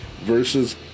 versus